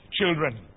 children